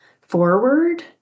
forward